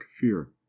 fear